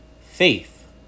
faith